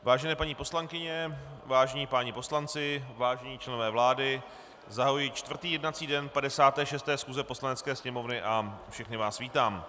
Vážené paní poslankyně, vážení páni poslanci, vážení členové vlády, zahajuji čtvrtý jednací den 56. schůze Poslanecké sněmovny a všechny vás vítám.